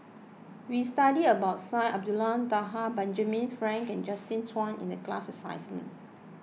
we studied about Syed Abdulrahman Taha Benjamin Frank and Justin Zhuang in the class assignment